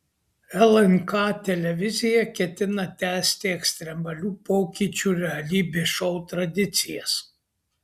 lnk televizija ketina tęsti ekstremalių pokyčių realybės šou tradicijas